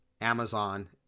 Amazon